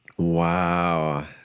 wow